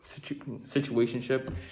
situationship